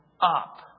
up